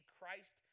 Christ